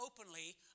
openly